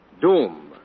Doom